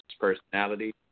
personality